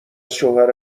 شوهر